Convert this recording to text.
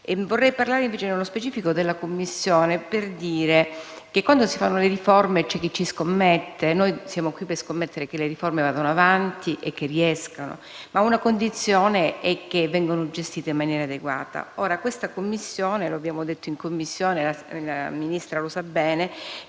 Vorrei parlare nello specifico di quella commissione per dire che, quando si fanno le riforme c'è chi ci scommette (noi siamo qui a scommettere che le riforme vadano avanti e che riescano), ma una condizione è che esse vengano gestite in maniera adeguata. Questa commissione - lo abbiamo detto in Commissione e la Ministra lo sa bene